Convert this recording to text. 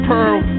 Pearl